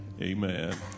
Amen